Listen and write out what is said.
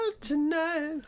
tonight